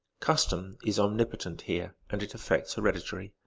custom is omnipotent here, and its effects hereditary.